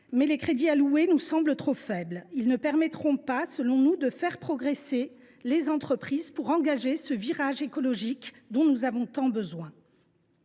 Mais les crédits alloués sont trop faibles. Ils ne permettront pas de faire progresser les entreprises pour engager ce virage écologique dont nous avons tant besoin.